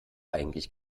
eigentlich